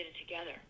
together